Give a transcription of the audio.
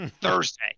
Thursday